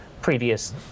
previous